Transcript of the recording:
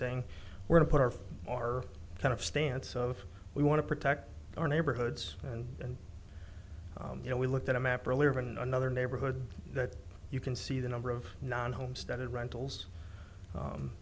saying where to put our for our kind of stance of we want to protect our neighborhoods and you know we looked at a map earlier of another neighborhood that you can see the number of non homestead rentals